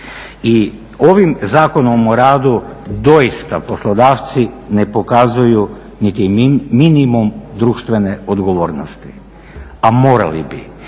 i ovim Zakonom o radu doista poslodavci ne pokazuju niti minimum društvene odgovornosti, a morali bi,